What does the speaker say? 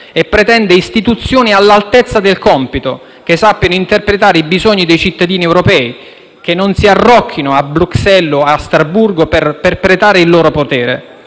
e pretende istituzioni all'altezza del compito, che sappiano interpretare i bisogni dei cittadini europei, che non si arrocchino a Bruxelles o a Strasburgo per perpetrare il loro potere.